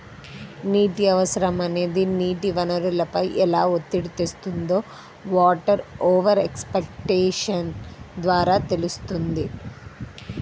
నీటి అవసరం అనేది నీటి వనరులపై ఎలా ఒత్తిడి తెస్తుందో వాటర్ ఓవర్ ఎక్స్ప్లాయిటేషన్ ద్వారా తెలుస్తుంది